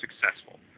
successful